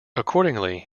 accordingly